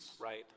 right